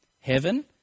heaven